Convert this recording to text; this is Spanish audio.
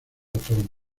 otoño